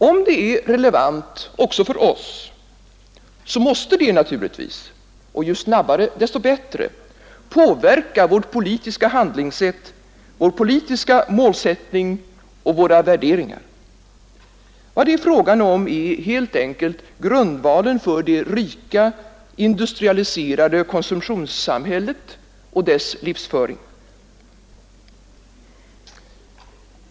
Om det är relevant också för oss, måste det naturligtvis — ju snabbare desto bättre — påverka vårt politiska handlande, vår politiska målsättning och våra värderingar. Vad det är fråga om är helt enkelt grundvalen för det rika, industrialiserade konsumtionssamhället och dess livsföring.